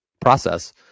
process